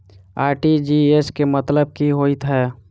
RTGS केँ मतलब की होइ हय?